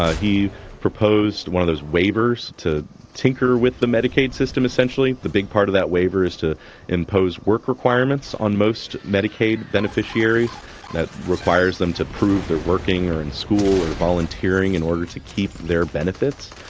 ah he proposed one of those waivers to tinker with the medicaid system essentially the big part of that waivers to impose work requirements on most medicaid beneficiaries that requires them to prove they're working or in school or volunteering in order to keep their benefits.